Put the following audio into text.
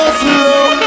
slow